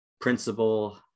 principal